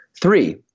Three